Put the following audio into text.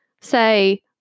say